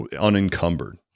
unencumbered